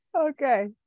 Okay